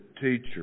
Teacher